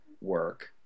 work